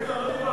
יש לנו בקשה